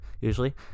usually